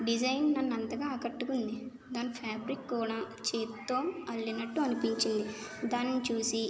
design నన్ను అంతగా కట్టుకుంది దాని ఫ్యాబ్రిక్ కూడా చేతితో అల్లినట్టు అనిపించింది దానిని చూసి